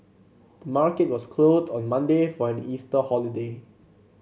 the market was closed on Monday for an Easter holiday